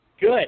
Good